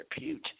repute